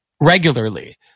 regularly